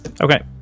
Okay